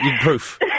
Proof